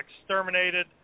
exterminated